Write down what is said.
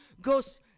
goes